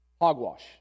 Hogwash